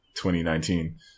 2019